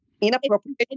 inappropriate